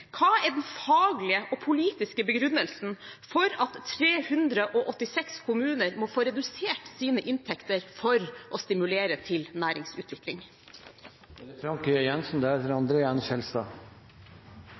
Hva er den faglige og politiske begrunnelsen for at 386 kommuner må få redusert sine inntekter for å stimulere til næringsutvikling?